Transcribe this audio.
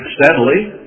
steadily